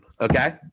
okay